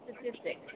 statistics